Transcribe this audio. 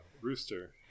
rooster